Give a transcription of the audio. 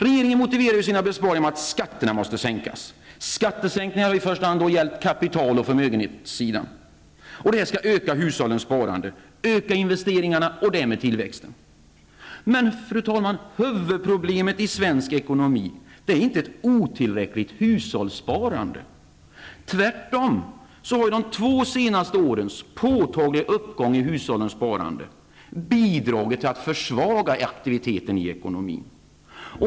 Regeringen motiverar sina besparingar med att skatterna måste sänkas. Skattesänkningarna har i första hand gällt kapital och förmögenhetsbeskattning. Detta skall öka hushållens sparande, öka investeringarna och därmed tillväxten. Fru talman! Huvudproblemet i svensk ekonomi utgörs inte av ett otillräckligt hushållssparande. Tvärtom har de två senaste årens påtagliga uppgång i hushållens sparande bidragit till att försvaga aktiviteten i ekonomin.